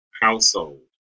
household